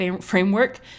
Framework